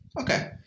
Okay